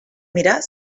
mirar